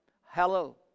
Hello